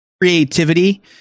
creativity